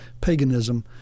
paganism